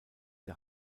der